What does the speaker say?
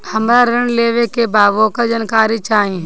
हमरा ऋण लेवे के बा वोकर जानकारी चाही